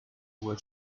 were